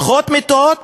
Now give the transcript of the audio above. פחות מיטות,